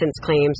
claims